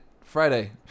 Friday